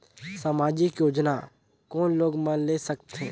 समाजिक योजना कोन लोग मन ले सकथे?